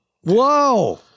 Whoa